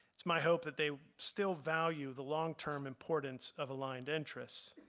it's my hope that they still value the long-term importance of aligned interests.